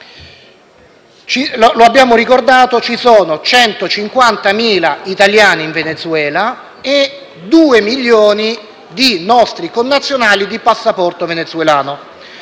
Lo abbiamo ricordato: ci sono 150.000 italiani in Venezuela e due milioni di nostri connazionali di passaporto venezuelano.